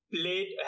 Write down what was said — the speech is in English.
played